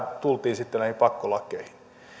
tultiin sitten näihin pakkolakeihin